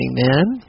Amen